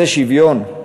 זה שוויון?